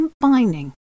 combining